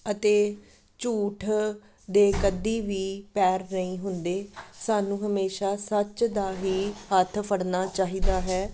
ਅਤੇ ਝੂਠ ਦੇ ਕਦੇ ਵੀ ਪੈਰ ਨਹੀਂ ਹੁੰਦੇ ਸਾਨੂੰ ਹਮੇਸ਼ਾ ਸੱਚ ਦਾ ਹੀ ਹੱਥ ਫੜਨਾ ਚਾਹੀਦਾ ਹੈ